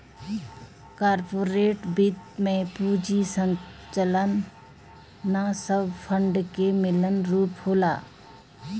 corporate वित्त में पूंजी संरचना सब फंड के मिलल रूप होला